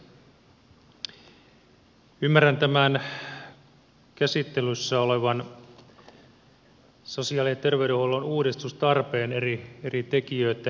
ymmärrän tämän käsittelyssä olevan sosiaali ja terveydenhuollon uudistustarpeen eri tekijöitten kautta